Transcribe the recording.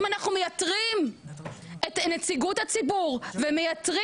אם אנחנו מייתרים את נציגות הציבור ומייתרים